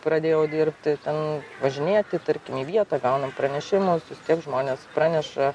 pradėjau dirbti ten važinėti tarkim į vietą gaunam pranešimus vis tiek žmonės praneša